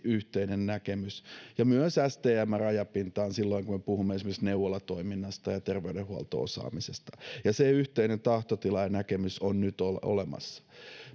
yhteinen näkemys ja myös stmn rajapintaa silloin kun me puhumme esimerkiksi neuvolatoiminnasta ja terveydenhuolto osaamisesta ja se yhteinen tahtotila ja näkemys on nyt olemassa